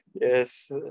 Yes